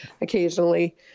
occasionally